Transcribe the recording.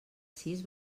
sis